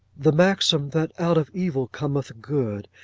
the maxim that out of evil cometh good,